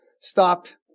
stopped